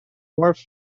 north